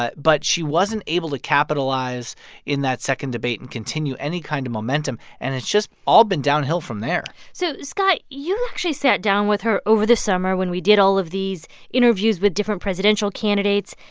but but she wasn't able to capitalize in that second debate and continue any kind of momentum. and it's just all been downhill from there so, scott, you actually sat down with her over the summer when we did all of these interviews with different presidential candidates,